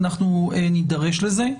ואנחנו נידרש לזה.